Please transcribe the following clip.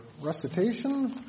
recitation